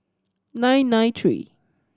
nine nine three